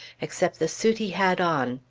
except the suit he had on.